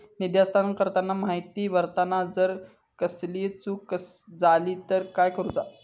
निधी हस्तांतरण करताना माहिती भरताना जर कसलीय चूक जाली तर काय करूचा?